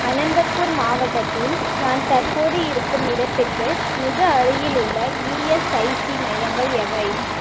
அனந்தபூர் மாவட்டத்தில் நான் தற்போது இருக்கும் இடத்துக்கு மிக அருகிலுள்ள இஎஸ்ஐசி மையங்கள் எவை